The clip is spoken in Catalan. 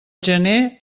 gener